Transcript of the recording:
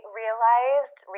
realized